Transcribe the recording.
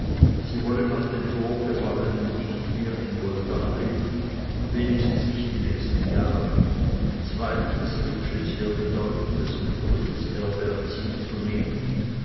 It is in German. sie wolle nach dem vorgefallenen nicht mehr in goldach leben wenigstens nicht die nächsten jahre zweitens wünsche sie ihr bedeutendes mütterliches erbe an sich zu nehmen